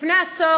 לפני עשור,